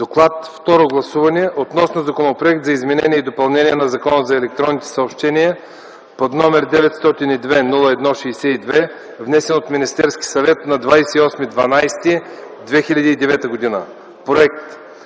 „Доклад, второ гласуване, относно Законопроект за изменение и допълнение на Закона за електронните съобщения, № 902-01-62, внесен от Министерския съвет на 28 декември 2009 г. „Проект